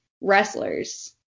wrestlers